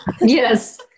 Yes